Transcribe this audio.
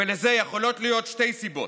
ולזה יכולות להיות שתי סיבות: